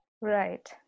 Right